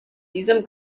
diesem